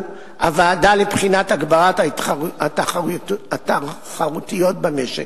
הוועדה לבחינת הגברת התחרותיות במשק.